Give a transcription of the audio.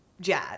Jazz